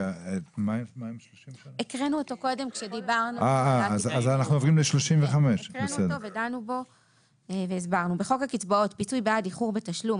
35. בחוק הקצבאות (פיצוי בעד איחור בתשלום),